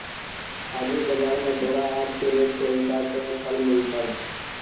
हाजिर बाजार में तोरा आज के रेट के हिसाब से ही फल मिलतवऽ